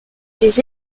des